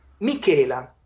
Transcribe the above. Michela